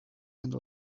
and